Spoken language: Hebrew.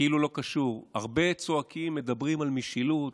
כאילו לא קשור: הרבה צועקים ומדברים על משילות,